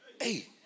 Hey